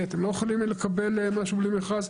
את לא יכולים לקבל משהו בלי מכרז.